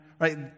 Right